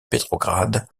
petrograd